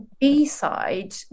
b-side